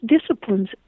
disciplines